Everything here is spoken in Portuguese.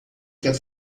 quer